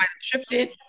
shifted